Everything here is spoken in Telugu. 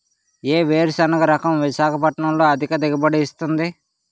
ఏ వేరుసెనగ రకం విశాఖపట్నం లో అధిక దిగుబడి ఇస్తుంది?